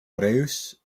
reus